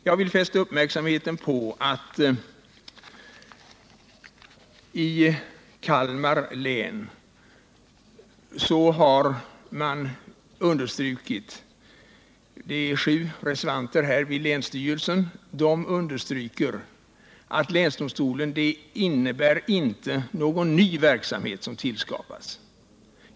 Jag vill fästa uppmärksamheten på att sju reservanter i länsstyrelsen i Kalmar län understrukit att inrättandet av länsdomstol inte innebär att någon ny verksamhet tillskapas.